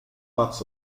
parts